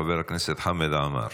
חבר הכנסת חמד עמאר.